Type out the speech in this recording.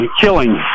killing